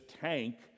tank